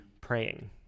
praying